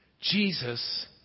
Jesus